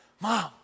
Mom